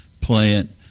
plant